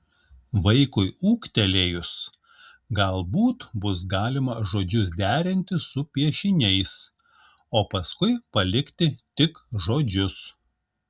vaikui ūgtelėjus galbūt bus galima žodžius derinti su piešiniais o paskui palikti tik žodžius